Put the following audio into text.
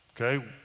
okay